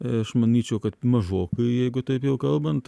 aš manyčiau kad mažokai jeigu taip jau kalbant